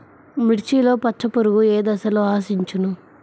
మిర్చిలో పచ్చ పురుగు ఏ దశలో ఆశించును?